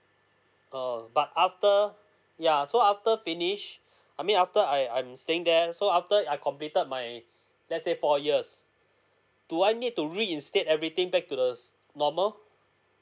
oo but after yeah so after finish I mean after I I'm staying there so after I completed my let's say four years do I need to reinstate everything back to the normal